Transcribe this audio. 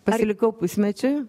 pasilikau pusmečiui